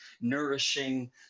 nourishing